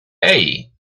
hey